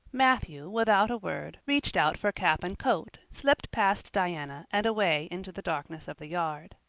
matthew, without a word, reached out for cap and coat, slipped past diana and away into the darkness of the yard.